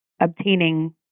obtaining